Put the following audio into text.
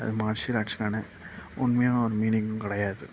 அது மார்ஷியல் ஆர்ட்ஸ்க்கான உண்மையான ஒரு மீனிங்கும் கிடையாது